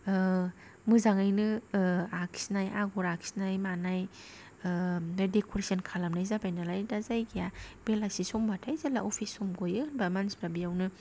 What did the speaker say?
मोजाङैनो आखिनाय आगर आखिनाय मानाय डेकरेसन खालामनाय जाबाय नालाय दा जायगाया बेलासि समबाथाय जेला अफिस सम गयो होनबा मानसिफ्रा बेयावनो